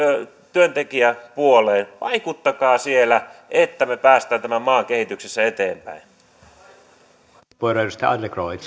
työntekijäpuolelle vaikuttakaa siellä että me pääsemme tämän maan kehityksessä eteenpäin